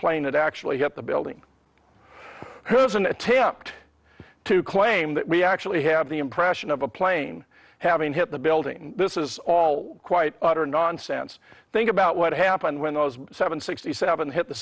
plane that actually hit the building there's an attempt to claim that we actually have the impression of a plane having hit the building this is all quite nonsense think about what happened when those seven sixty seven hit the